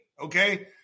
Okay